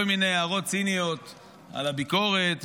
כל מיני הערות ציניות על הביקורת,